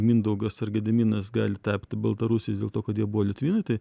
mindaugas ar gediminas gali tapti baltarusiais dėl to kad jie buvo litvinai tai